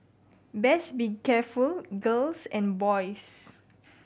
best be careful girls and boys